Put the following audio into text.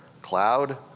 cloud